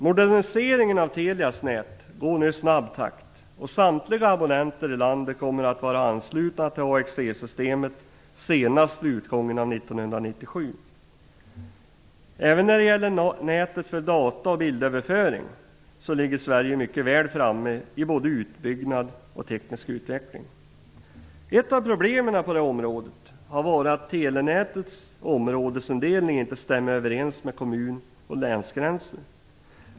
Moderniseringen av Telias nät går nu i snabb takt, och samtliga abonnenter i landet kommer att vara anslutna till AXE-systemet senast vid utgången av 1997. Även när det gäller nätet för data och bildöverföring ligger Sverige mycket väl framme i både utbyggnad och teknisk utveckling. Ett av problemen på det här området har varit att telenätets områdesindelning inte stämmer överens med kommun och länsgränser.